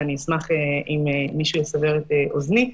ואני אשמח אם מישהו יסבר את אוזני,